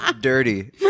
Dirty